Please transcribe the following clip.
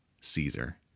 Caesar